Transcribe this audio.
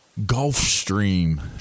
Gulfstream